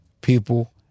people